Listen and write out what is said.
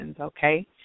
okay